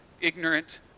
ignorant